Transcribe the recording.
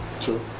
true